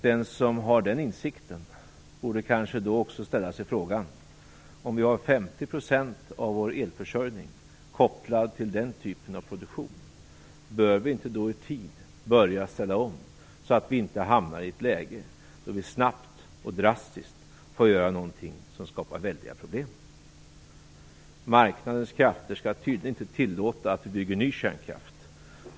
Den som har den insikten borde kanske också ställa sig frågan: Om vi har 50 % av vår elförsörjning kopplad till den typen av produktion, bör vi inte då i tid börja ställa om så att vi inte hamnar i ett läge då vi snabbt och drastiskt får göra någonting som skapar väldiga problem? Marknadens krafter skall tydligen inte tillåta att vi bygger ny kärnkraft.